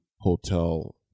hotel